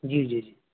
جی جی جی